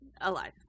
Alive